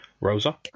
Rosa